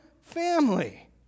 family